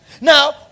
Now